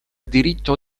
diritto